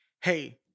hey